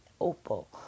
Opal